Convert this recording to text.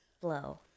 flow